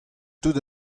tout